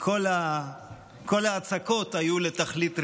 כל ההצקות היו לתכלית ראויה.